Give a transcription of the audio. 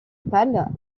pâle